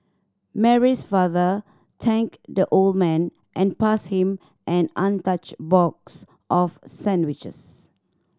Mary's father thanked the old man and passed him an untouched box of sandwiches